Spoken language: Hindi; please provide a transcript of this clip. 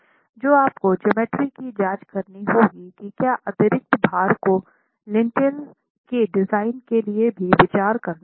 तो आपको ज्योमेट्री की जांच करनी होगी कि क्या अतिरिक्त भार को लिंटेल के डिज़ाइन के लिए ही विचार करना होगा